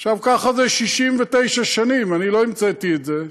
ככה זה 69 שנים, אני לא המצאתי את זה.